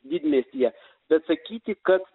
didmiestyje bet sakyti kad